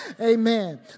amen